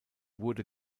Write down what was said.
wurde